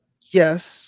yes